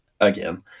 again